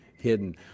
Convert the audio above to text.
hidden